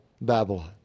Babylon